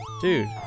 Dude